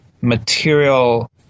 material